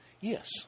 Yes